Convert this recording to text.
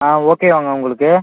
ஆ ஓகேவாங்க உங்களுக்கு